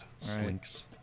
Slinks